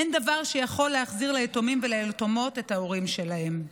אין דבר שיכול להחזיר ליתומים וליתומות את ההורים שלהם.